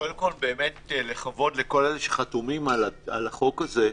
קודם כול, לכבוד לכל אלה שחתומים על החוק הזה.